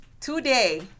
Today